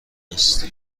است